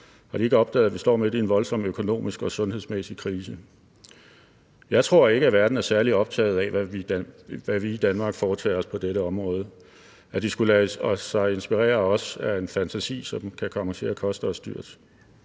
Har de ikke opdaget, at vi står midt i en voldsom økonomisk og sundhedsmæssig krise? Jeg tror ikke, at verden er særlig optaget af, hvad vi i Danmark foretager os på dette område. At de skulle lade sig inspirere af os, er en fantasi, som kan komme til at koste os dyrt.